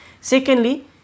Secondly